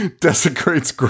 desecrates